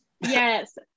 yes